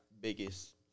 biggest